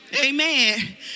amen